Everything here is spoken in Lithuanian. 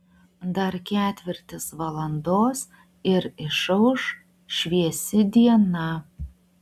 dar ketvirtis valandos ir išauš šviesi diena